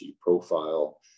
profile